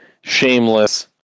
shameless